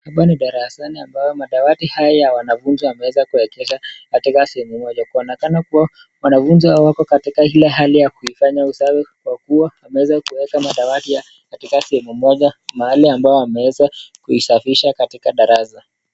Hapa ni darasani ambao madawati haya wanavunja meza kwekesha katika sehemu moja. Kuonekana kuwa wanafunzi hawako katika ile hali ya kuifanya usawi kwa kuwa wameweza kuieka madawati yao katika sehemu moja mahali ambao wameweza kuisafisha katika darasa.